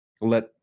let